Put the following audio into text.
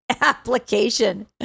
application